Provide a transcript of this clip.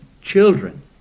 children